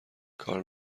کار